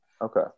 okay